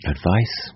Advice